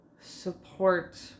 support